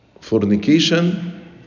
fornication